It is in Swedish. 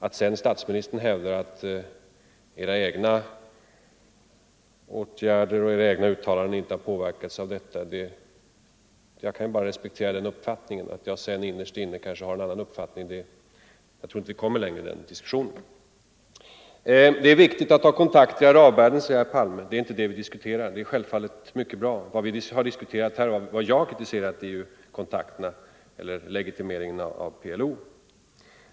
Att sedan statsministern hävdar att hans egna åtgärder och uttalanden inte har påverkats av detta, det är en uppfattning som jag bara kan respektera. Innerst inne kanske jag har en annan uppfattning, men jag tror inte vi kommer längre i den diskussionen. Det är viktigt att ha kontakt med arabvärlden, säger statsminister Palme. Ja, det är mycket bra, men det är inte det vi diskuterar. Vad jag här har kritiserat är legitimeringen av PLO.